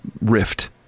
rift